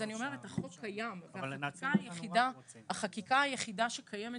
החוק קיים אבל החקיקה היחידה שקיימת